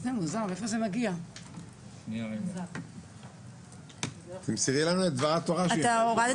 הדבר הזה צרך להרחיב וגם בהקשר הזה התכנית החדשה של השרה לוקחת